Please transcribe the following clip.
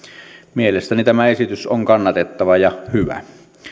mielestäni tämä esitys on kannatettava ja hyvä